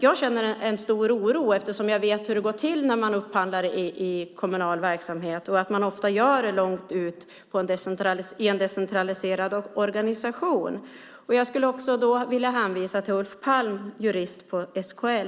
Jag känner en stor oro eftersom jag vet hur det går till när man upphandlar i kommunal verksamhet. Man gör det ofta långt ut i en decentraliserad organisation. Jag skulle också vilja hänvisa till Ulf Palm, jurist på SKL.